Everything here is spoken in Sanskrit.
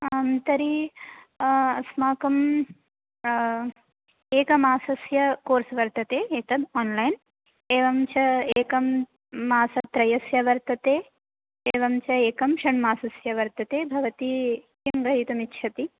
आं तर्हि अस्माकं एकमासस्य कोर्स् वर्तते एतद् आन्लैन् एवं च एकं मासत्रयस्य वर्तते एवं च एकं षण्मासस्य वर्तते भवती किं ग्रहितुमिच्छति